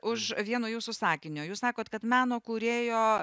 už vieno jūsų sakinio jūs sakot kad meno kūrėjo